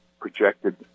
projected